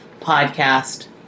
podcast